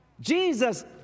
Jesus